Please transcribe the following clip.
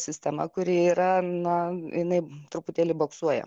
sistema kuri yra na jinai truputėlį boksuoja